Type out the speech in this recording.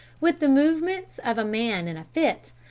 with the movements of a man in a fit,